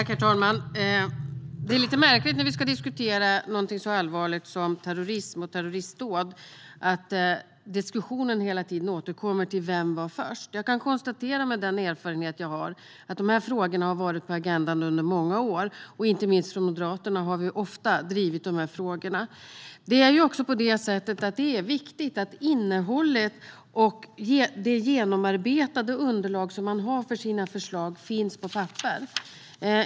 Herr talman! Det är lite märkligt när vi ska diskutera något så allvarligt som terrorism och terroristdåd att diskussionen hela tiden återkommer till frågan vem som var först. Med den erfarenhet jag har kan jag konstatera att de här frågorna har varit på agendan under många år. Inte minst från Moderaterna har vi ofta drivit de här frågorna. Det är viktigt att innehållet och det genomarbetade underlaget till förslagen finns på papper.